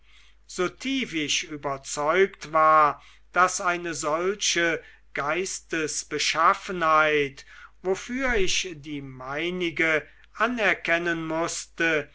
so tief ich überzeugt war daß eine solche geistesbeschaffenheit wofür ich die meinige anerkennen mußte